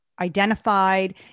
identified